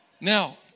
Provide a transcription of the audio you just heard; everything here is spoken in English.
Now